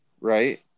Right